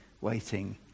waiting